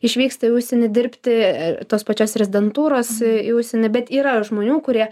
išvyksta į užsienį dirbti tos pačios rezidentūros į į užsienį bet yra žmonių kurie